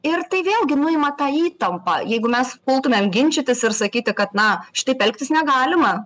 ir tai vėlgi nuima tą įtampą jeigu mes pultumėm ginčytis ir sakyti kad na šitaip elgtis negalima